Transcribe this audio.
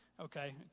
Okay